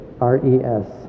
R-E-S